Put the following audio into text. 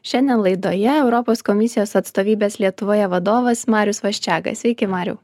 šiandien laidoje europos komisijos atstovybės lietuvoje vadovas marius vaščega sveiki mariau